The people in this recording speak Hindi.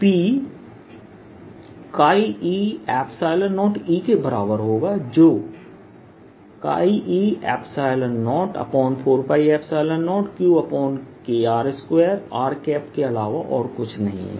P e0E के बराबर होगा जो e04π0QKr2r के अलावा और कुछ नहीं है